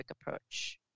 approach